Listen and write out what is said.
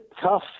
tough